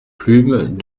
plumes